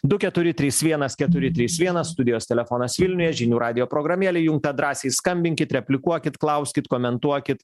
du keturi trys vienas keturi trys vienas studijos telefonas vilniuje žinių radijo programėlė įjunkta drąsiai skambinkit replikuokit klauskit komentuokit